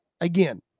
Again